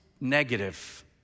negative